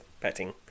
petting